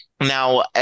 Now